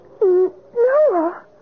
Noah